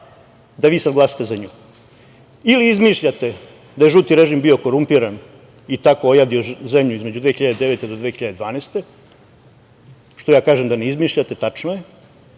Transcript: da vi sada glasate za nju? Ili izmišljate da je žuti režim bio korumpiran i tako ojadio zemlju između 2009. do 2012. godine, što ja kažem da ne izmišljate, tačno je,